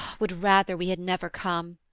would rather we had never come!